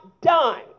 done